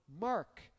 Mark